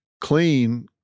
clean